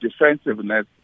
defensiveness